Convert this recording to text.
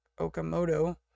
Okamoto